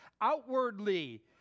outwardly